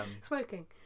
Smoking